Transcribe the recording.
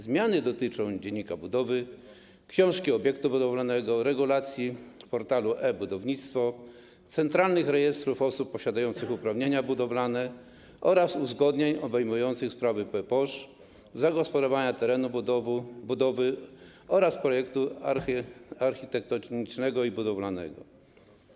Zmiany dotyczą dziennika budowy, książki obiektu budowlanego, regulacji portalu e-Budownictwo, centralnych rejestrów osób posiadających uprawnienia budowlane oraz uzgodnień obejmujących sprawy Ppoż., zagospodarowania terenu budowy oraz projektu architektonicznego i budowlanego.